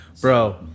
Bro